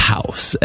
House